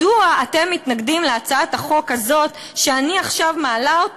מדוע אתם מתנגדים להצעת החוק הזאת שאני מעלה עכשיו,